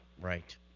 Right